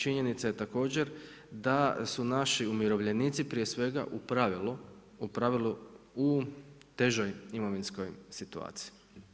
Činjenica je također da su naši umirovljenici prije svega u pravilu u težoj imovinskoj situaciji.